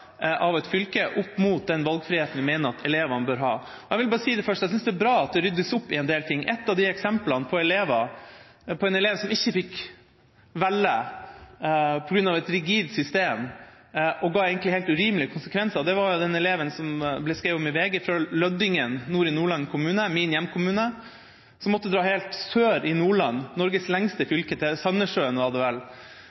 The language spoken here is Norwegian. av et fylke, opp mot den valgfriheten vi mener at elevene bør ha. La meg først si at jeg synes det er bra at det ryddes opp i en del ting. Et av eksemplene på en elev som ikke fikk velge på grunn av et rigid system som egentlig ga helt urimelige konsekvenser, var den eleven som ble skrevet om i VG, fra Lødingen nord i Nordland, som måtte dra helt sør i Nordland, Norges lengste